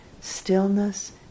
stillness